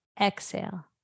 Exhale